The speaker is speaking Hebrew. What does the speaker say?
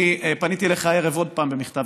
אני פניתי אליך הערב עוד פעם במכתב.